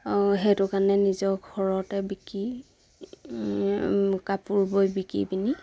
সেইটো কাৰণে নিজৰ ঘৰতে বিকি কাপোৰ বৈ বিকি পিনি